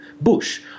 bush